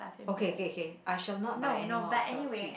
okay K K K I shall not buy anymore of those sweet